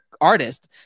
artist